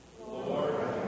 Lord